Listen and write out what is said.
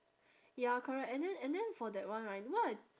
ya correct and then and then for that one right one